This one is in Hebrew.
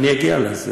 אתה הבנת?